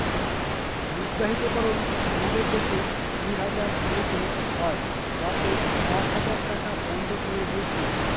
মুদ্রাহিতকরণ আমাদের দেশে দুই হাজার ষোলোতে হয় যাতে এক হাজার টাকা বন্ধ করে দিয়েছিল